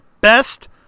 best –